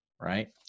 Right